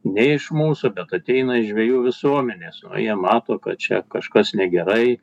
ne iš mūsų bet ateina iš žvejų visuomenės o jie mato kad čia kažkas negerai